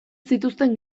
zituzten